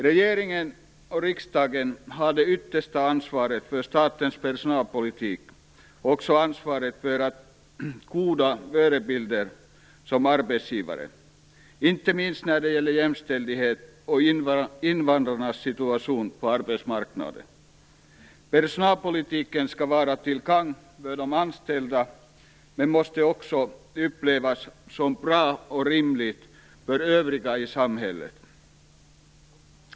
Regeringen och riksdagen har det yttersta ansvaret för statens personalpolitik och också ansvaret att vara goda förebilder som arbetsgivare, inte minst när det gäller jämställdheten och invandrarnas situation på arbetsmarknaden. Personalpolitiken skall vara till gagn för de anställda men måste också upplevas som bra och rimlig för övriga i samhället.